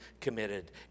committed